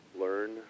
learn